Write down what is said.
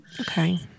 Okay